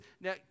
Now